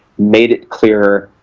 made it clearer,